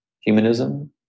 humanism